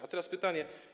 A teraz pytanie.